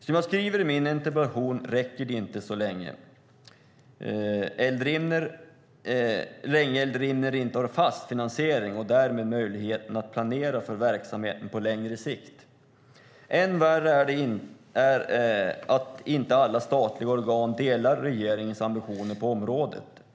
Som jag skriver i min interpellation räcker det inte så länge Eldrimner inte har fast finansiering och därmed möjlighet att planera för verksamheten på längre sikt. Än värre är att inte alla statliga organ delar regeringens ambitioner på området.